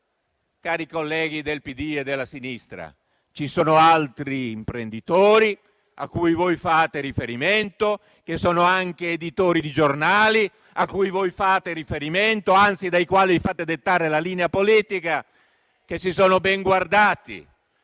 Cari colleghi del PD e della sinistra, ci sono altri imprenditori, che sono anche editori di giornali, a cui voi fate riferimento e dai quali anzi vi fate dettare la linea politica, che si sono ben guardati